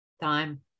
Time